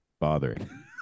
bothering